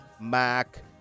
Mac